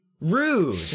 rude